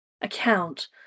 account